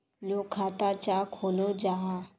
लोग खाता चाँ खोलो जाहा?